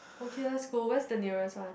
okay let's go where's the nearest one